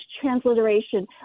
transliteration